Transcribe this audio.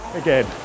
again